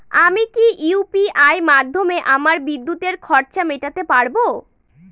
আমি কি ইউ.পি.আই মাধ্যমে আমার বিদ্যুতের খরচা মেটাতে পারব?